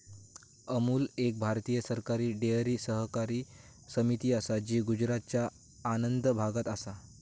अमूल एक भारतीय सरकारी डेअरी सहकारी समिती असा जी गुजरातच्या आणंद भागात असा